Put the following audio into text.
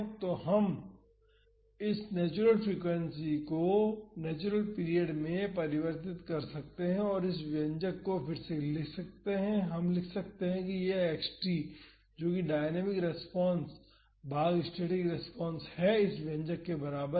तो हम इस नेचुरल फ्रीक्वेंसी को नेचुरल पीरियड में परिवर्तित कर सकते हैं और इस व्यंजक को फिर से लिख सकते हैं और हम लिख सकते हैं कि यह x t जो कि डायनामिक रेस्पॉन्स भाग स्टैटिक रेस्पॉन्स है इस व्यंजक के बराबर है